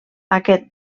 aquest